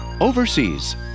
overseas